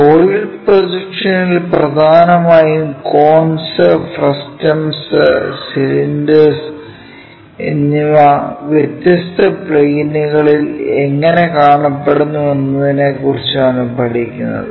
solid പ്രൊജക്ഷനിൽ പ്രധാനമായും cones frustums cylinders എന്നിവ വ്യത്യസ്ത പ്ലെയിനുകളിൽ എങ്ങനെ കാണപ്പെടുന്നു എന്നതിനെക്കുറിച്ചാണ് പഠിക്കുന്നത്